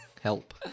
Help